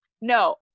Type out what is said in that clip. no